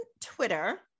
Twitter